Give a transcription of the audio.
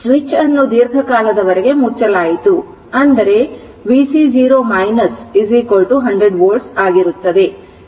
ಅಂದರೆ ಸ್ವಿಚ್ ಅನ್ನು ದೀರ್ಘಕಾಲದವರೆಗೆ ಮುಚ್ಚಲಾಯಿತು ಅಂದರೆ vc0 100 ವೋಲ್ಟ್ ಆಗಿರುತ್ತದೆ